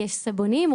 יש סבונים,